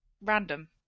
random